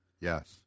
Yes